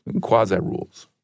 quasi-rules